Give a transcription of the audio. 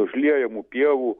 užliejamų pievų